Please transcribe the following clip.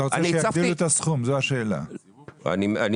אתה רוצה להגדיל את הסכום.